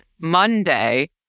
Monday